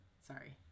sorry